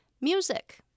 Music